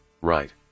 Right